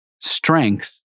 strength